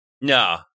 No